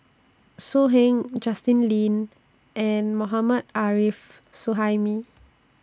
So Heng Justin Lean and Mohammad Arif Suhaimi